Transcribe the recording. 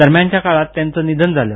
दरम्यानच्या काळात त्यांचं निधन मालं